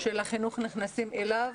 של החינוך נכנסים אליו